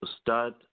start